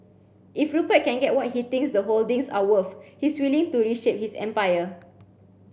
if Rupert can get what he thinks the holdings are worth he's willing to reshape his empire